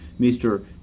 Mr